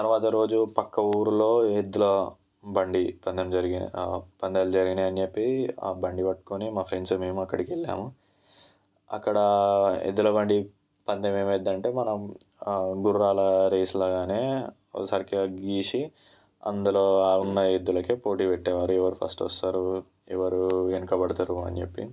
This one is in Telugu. తర్వాత రోజు పక్క ఊరిలో ఎద్దుల బండి పందెం జరిగ పందాలు జరిగినాయి అని చెప్పి ఆ బండి పట్టుకొని మా ఫ్రెండ్స్ మేము అక్కడికి వెళ్ళాము అక్కడ ఎద్దుల బండి పందెం ఏమైదంటే మనం గుర్రాల రేస్లాగానే సర్కిల్ గీసి అందులో ఆడున్న ఎద్దులకి పోటీ పెట్టేవాళ్ళు ఎవరు ఫస్ట్ వస్తారు ఎవరు వెనుకబడతారు అని చెప్పి